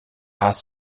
hast